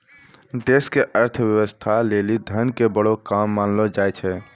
देश के अर्थव्यवस्था लेली धन के बड़ो काम मानलो जाय छै